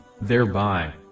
thereby